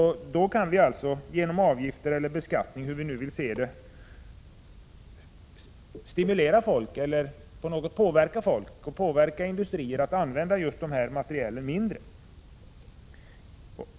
Man kan genom avgifter eller beskattning — hur man nu vill se det — påverka folk och industrier att använda just dessa material i mindre utsträckning.